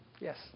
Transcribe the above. Yes